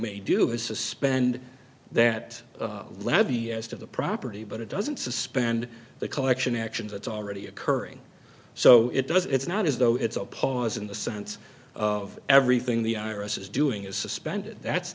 may do is suspend that levy as to the property but it doesn't suspend the collection actions that's already occurring so it does it's not as though it's a pause in the sense of everything the i r s is doing is suspended that's